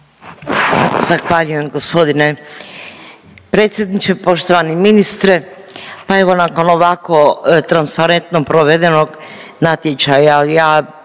Zahvaljujem g. predsjedniče. Poštovani ministre, pa evo nakon ovako transparentno provedenog natječaja